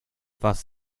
was